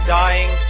dying